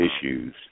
issues